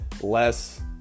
less